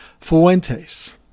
Fuentes